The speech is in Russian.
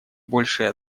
большей